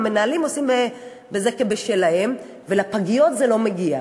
המנהלים עושים בזה כבשלהם ולפגיות זה לא מגיע.